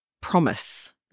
promise